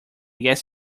guess